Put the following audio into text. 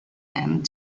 and